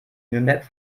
nürnberg